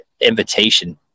invitation